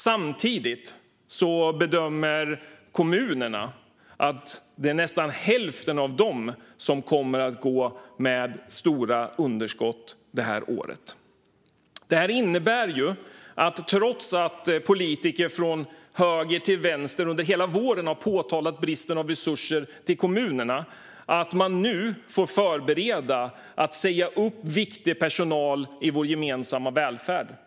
Samtidigt bedömer kommunerna att nästan hälften av dem kommer att gå med stora underskott det här året. Det här innebär att man nu - trots att politiker från höger till vänster under hela våren har påtalat bristen på resurser till kommunerna - får förbereda uppsägning av viktig personal i vår gemensamma välfärd.